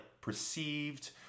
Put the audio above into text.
perceived